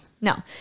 no